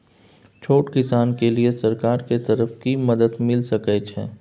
छोट किसान के लिए सरकार के तरफ कि मदद मिल सके छै?